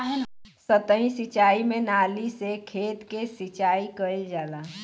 सतही सिंचाई में नाली से खेत के सिंचाई कइल जाला